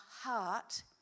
heart